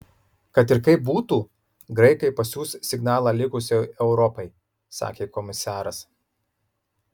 kad ir kaip būtų graikai pasiųs signalą likusiai europai sakė komisaras